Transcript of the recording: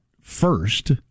first